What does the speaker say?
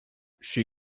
she